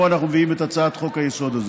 אנחנו מביאים את הצעת חוק-היסוד הזאת.